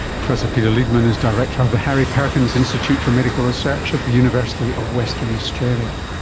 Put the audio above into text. professor peter leedman is director of the harry perkins institute for medical research at the university of western australia